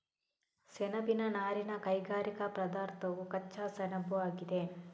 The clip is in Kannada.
ಸೆಣಬಿನ ನಾರಿನ ಕೈಗಾರಿಕಾ ಪದಾರ್ಥವು ಕಚ್ಚಾ ಸೆಣಬುಆಗಿದೆ